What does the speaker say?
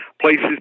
places